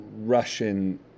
Russian